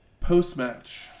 Post-match